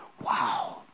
Wow